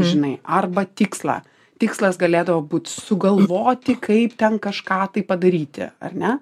žinai arba tikslą tikslas galėdavo būt sugalvoti kaip ten kažką tai padaryti ar ne